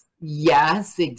Yes